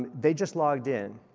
they just logged in.